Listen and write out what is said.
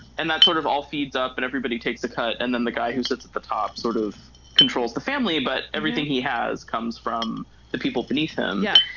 and that's sort of all feeds up and everybody takes a cut and then the guy who sits at the top sort of controls the family but everything he has comes from the people beneath him. yeah.